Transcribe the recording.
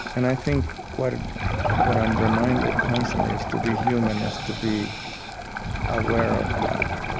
and i think what ah what i'm reminded constantly is, to be human is to be aware of that,